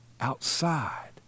outside